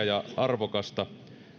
ja arvokasta